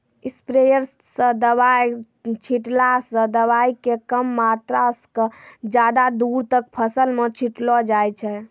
sprayer स दवाय छींटला स दवाय के कम मात्रा क ज्यादा दूर तक फसल मॅ छिटलो जाय छै